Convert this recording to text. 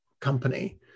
company